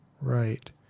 right